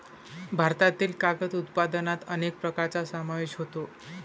भारतातील कागद उत्पादनात अनेक प्रकारांचा समावेश होतो